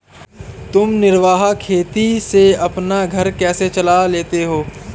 तुम निर्वाह खेती से अपना घर कैसे चला लेते हो?